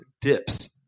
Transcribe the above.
dips